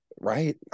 right